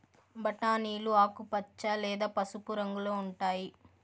బఠానీలు ఆకుపచ్చ లేదా పసుపు రంగులో ఉంటాయి